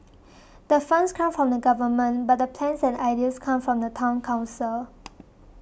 the funds come from the Government but the plans and ideas come from the Town Council